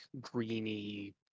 greeny